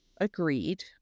agreed